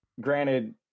granted